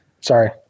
Sorry